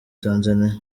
tanzaniya